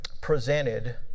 presented